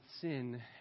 sin